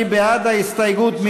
מי בעד ההסתייגות?